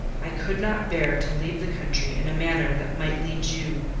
i could not bear to leave the country in a manner that might lead you,